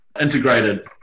integrated